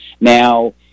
Now